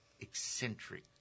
eccentric